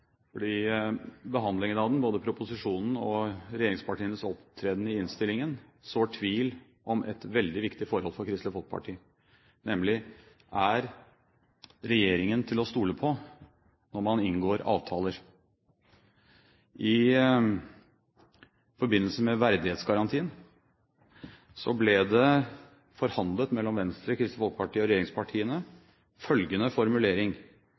fordi behandlingen av den – både proposisjonen og regjeringspartienes opptreden i innstillingen – sår tvil om et veldig viktig forhold for Kristelig Folkeparti, nemlig: Er regjeringen til å stole på når man inngår avtaler? I forbindelse med verdighetsgarantien ble følgende formulering forhandlet mellom Venstre, Kristelig Folkeparti og regjeringspartiene: